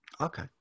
okay